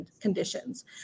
conditions